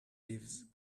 gives